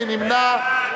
מי נמנע?